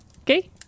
okay